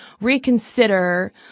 reconsider